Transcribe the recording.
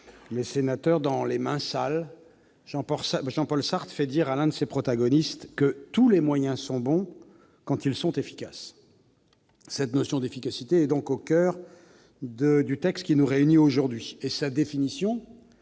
les sénateurs, dans, Jean-Paul Sartre fait dire à l'un de ses protagonistes que « tous les moyens sont bons, quand ils sont efficaces ». La notion d'efficacité constitue le coeur du texte qui nous réunit aujourd'hui. La définition